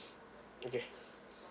okay